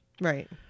right